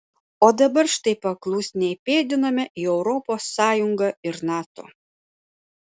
o dabar štai paklusniai pėdiname į europos sąjungą ir nato